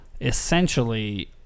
essentially